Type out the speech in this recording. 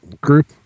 group